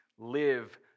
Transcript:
Live